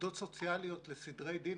עובדות סוציאליות לסדרי דין,